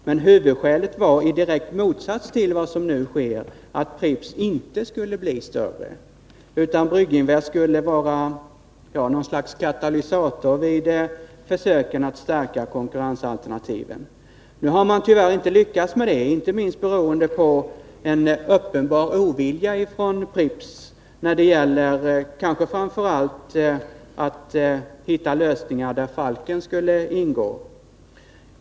Men huvudskälet var, i direkt motsats till vad som nu sker, att Pripps inte skulle bli större, utan Brygginvest skulle vara något slags katalysator vid försöken att stärka konkurrensalternativen. Nu har man tyvärr inte lyckats med det, inte minst beroende på en uppenbar ovilja från Pripps sida, kanske framför allt när det gällt att hitta lösningar där Falken skulle ingå.